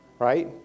Right